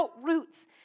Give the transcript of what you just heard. roots